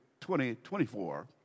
2024